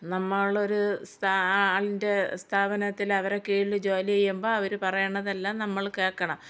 നമ്മളൊരു സ്ഥാപനം ആളിൻ്റെ സ്ഥാപനത്തിൽ അവരുടെ കീഴിൽ ജോലി ചെയ്യുമ്പോൾ അവർ പറയാണതെല്ലാം നമ്മൾ കേൾക്കണം